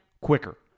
quicker